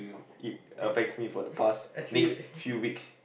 it affects me for the past next few weeks